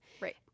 right